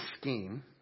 scheme